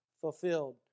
fulfilled